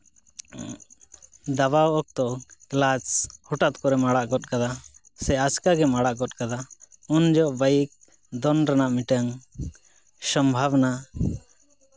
ᱫᱟᱵᱟᱣ ᱚᱠᱛᱚ ᱠᱞᱟᱪ ᱦᱚᱴᱟᱛ ᱠᱚᱨᱮᱢ ᱟᱲᱟᱜ ᱜᱚᱜ ᱠᱟᱫᱟ ᱥᱮ ᱟᱪᱠᱟ ᱜᱮᱢ ᱟᱲᱟᱜ ᱜᱚᱜ ᱠᱟᱫᱟ ᱩᱱ ᱡᱚᱦᱚᱜ ᱵᱟᱭᱤᱠ ᱫᱚ ᱨᱮᱱᱟᱝ ᱢᱤᱫᱴᱟᱹᱝ ᱥᱚᱢᱵᱷᱚᱵᱚᱱᱟ